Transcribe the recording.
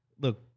Look